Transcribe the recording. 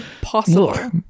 possible